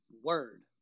word